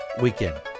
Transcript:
Weekend